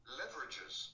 leverages